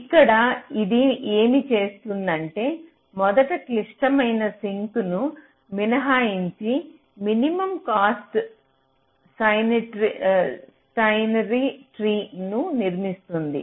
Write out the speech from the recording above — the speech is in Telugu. ఇక్కడ ఇది ఏమి చేస్తుందంటే మొదట క్లిష్టమైన సింక్ను మినహాయించి మినిమం కాస్ట్ స్టైనర్ ట్రీ ను నిర్మిస్తుంది